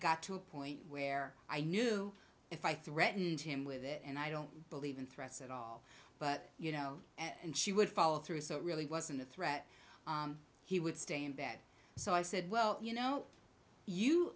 got to a point where i knew if i threatened him with it and i don't believe in threats at all but you know and she would follow through so it really wasn't a threat he would stay in bed so i said well you know you